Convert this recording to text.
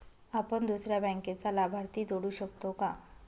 आपण दुसऱ्या बँकेचा लाभार्थी जोडू शकतो का?